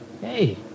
Hey